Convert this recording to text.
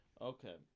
Okay